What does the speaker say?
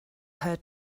her